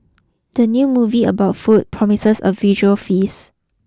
the new movie about food promises a visual feast